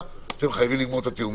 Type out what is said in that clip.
מצאנו פתרון.